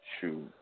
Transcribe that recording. Shoot